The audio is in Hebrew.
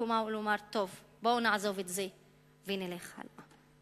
למקומה ולומר: טוב, בואו נעזוב את זה ונלך הלאה".